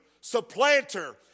supplanter